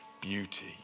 beauty